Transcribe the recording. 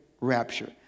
rapture